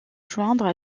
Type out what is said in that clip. joindre